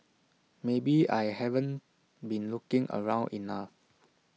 maybe I haven't been looking around enough